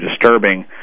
disturbing